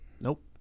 Nope